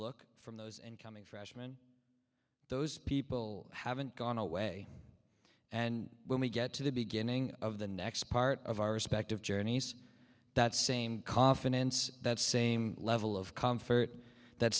look from those incoming freshman those people haven't gone away and when we get to the beginning of the next part of our respective journeys that same coffin and that same level of comfort that